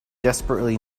desperately